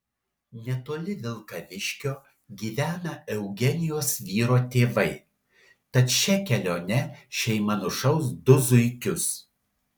netoli vilkaviškio gyvena eugenijos vyro tėvai tad šia kelione šeima nušaus du zuikius